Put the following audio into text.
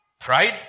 Pride